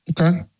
Okay